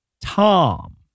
Tom